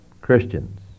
Christians